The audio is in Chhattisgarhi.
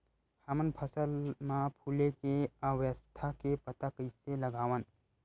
हमन फसल मा फुले के अवस्था के पता कइसे लगावन?